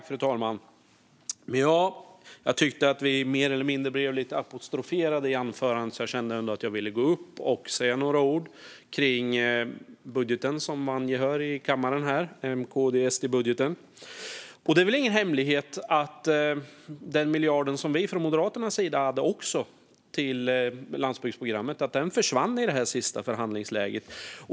Fru talman! Jag tyckte att vi blev mer eller mindre apostroferade i anförandet, så jag kände att jag ville gå upp och säga några ord om den budget som vann gehör här i kammaren, alltså M-KD-SD-budgeten. Det är väl ingen hemlighet att den miljard som vi från Moderaternas sida också hade till landsbygdsprogrammet försvann i det sista förhandlingsläget.